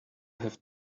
have